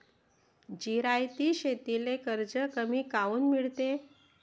जिरायती शेतीले कर्ज कमी काऊन मिळते?